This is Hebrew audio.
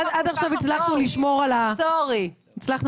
סורי.